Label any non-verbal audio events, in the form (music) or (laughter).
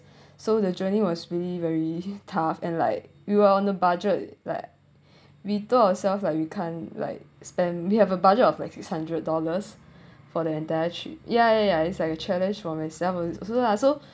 (breath) so the journey was really very tough and like we were on the budget like (breath) we told ourselves like we can't like spend we have a budget of like six hundred dollars for the entire trip yeah yeah yeah it's like a challenge for myself also lah so